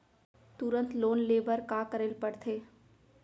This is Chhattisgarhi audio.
तुरंत लोन ले बर का करे ला पढ़थे?